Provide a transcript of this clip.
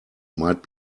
might